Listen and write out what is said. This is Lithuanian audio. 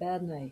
benai